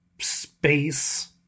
space